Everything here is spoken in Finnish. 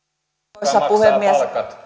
arvoisa puhemies